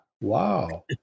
wow